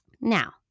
Now